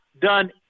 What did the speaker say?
done